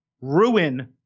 ruin